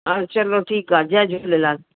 हा चलो ठीकु आहे जय झूलेलाल